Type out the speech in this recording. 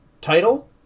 title